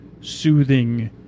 soothing